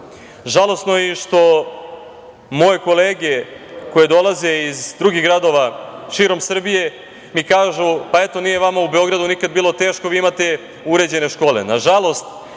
Žalosno je i što moje kolege koje dolaze iz drugih gradova širom Srbije mi kažu – eto, nije vama u Beogradu nikada bilo teško, vi imate uređene škole.